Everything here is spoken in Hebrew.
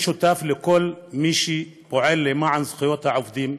אני שותף לכל מי שפועל למען זכויות העובדים,